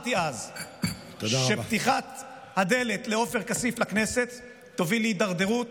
אמרתי אז שפתיחת הדלת לעופר כסיף לכנסת תוביל להידרדרות